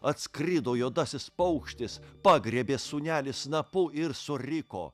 atskrido juodasis paukštis pagriebė sūnelį snapu ir suriko